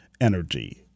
energy